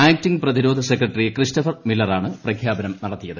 acting പ്രതിരോധ secretary Christopher മില്ലറാണ് പ്രഖ്യാപനം നടത്തിയത്